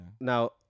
Now